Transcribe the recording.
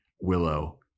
Willow